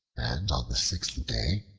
and on the sixth day,